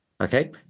Okay